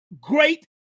great